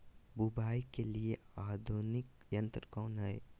बुवाई के लिए आधुनिक यंत्र कौन हैय?